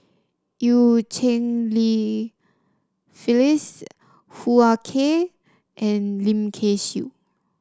Eu Cheng Li Phyllis Hoo Ah Kay and Lim Kay Siu